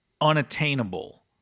unattainable